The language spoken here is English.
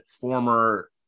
former